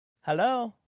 hello